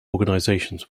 organisations